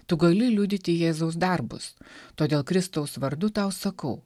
tu gali liudyti jėzaus darbus todėl kristaus vardu tau sakau